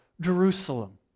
Jerusalem